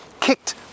kicked